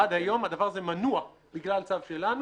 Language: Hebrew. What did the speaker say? עד היום הדבר הזה מנוע בגלל צו שלנו.